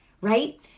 right